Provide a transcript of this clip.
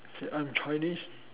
see I'm Chinese